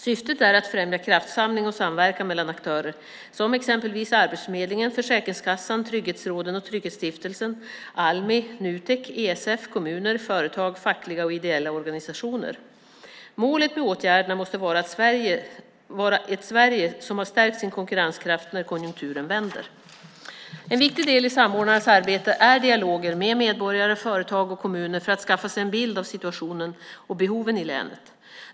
Syftet är att främja kraftsamling och samverkan mellan aktörer som exempelvis Arbetsförmedlingen, Försäkringskassan, trygghetsråden och Trygghetsstiftelsen, Almi, Nutek, ESF, kommuner, företag, fackliga och ideella organisationer. Målet med åtgärderna måste vara att Sverige stärkt sin konkurrenskraft när konjunkturen vänder. En viktig del i samordnarnas arbete är dialoger med medborgare, företag och kommuner för att skaffa sig en bild av situationen och behoven i länet.